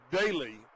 daily